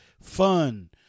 fun